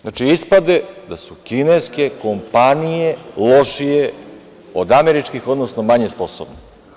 Znači, ispade da su kineske kompanije lošije od američkih, odnosno manje sposobne.